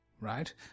Right